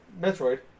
Metroid